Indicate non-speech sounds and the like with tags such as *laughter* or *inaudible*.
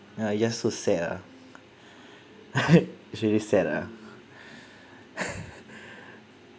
ya I get so sad ah *laughs* it's really sad ah *laughs*